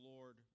Lord